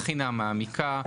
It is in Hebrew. בחינה מעמיקה,